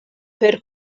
per